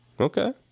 Okay